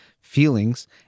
feelings